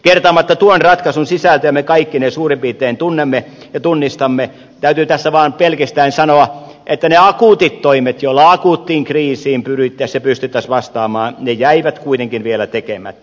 kertaamatta tuon ratkaisun sisältöä me kaikki ne suurin piirtein tunnemme ja tunnistamme täytyy tässä vaan pelkistäen sanoa että ne akuutit toimet joilla akuuttiin kriisiin pyrittäessä pystyttäisiin vastaamaan ne jäivät kuitenkin vielä tekemättä